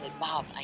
Bob